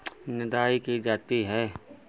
निदाई की जाती है?